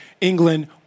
England